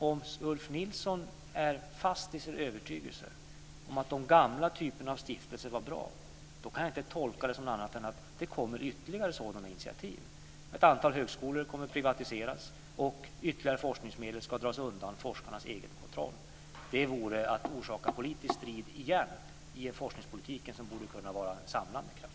Om Ulf Nilsson är fast i sin övertygelse om att den gamla typen av stiftelser var bra, kan jag inte tolka det som annat än att det kommer ytterligare sådana initiativ. Ett antal högskolor kommer att privatiseras. Ytterligare forskningsmedel ska dras undan forskarnas egen kontroll. Det vore att orsaka politisk strid igen i forskningspolitiken, som borde kunna vara en samlande kraft.